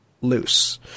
loose